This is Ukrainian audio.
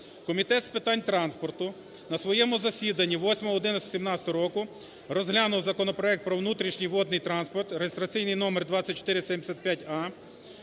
Комітет з питань транспорту на своєму засіданні 08.11.2017 року розглянув законопроект про внутрішній водний транспорт (реєстраційний номер 2475а),